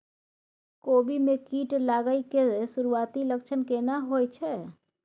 कोबी में कीट लागय के सुरूआती लक्षण केना होय छै